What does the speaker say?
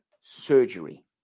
surgery